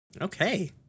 okay